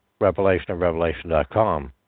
Revelationofrevelation.com